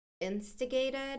instigated